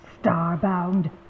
star-bound